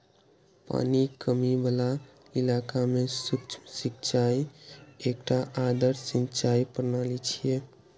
पानिक कमी बला इलाका मे सूक्ष्म सिंचाई एकटा आदर्श सिंचाइ प्रणाली छियै